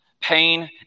pain